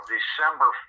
December